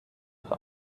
nach